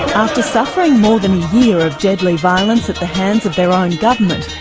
after suffering more than a year of deadly violence at the hands of their own government,